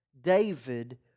David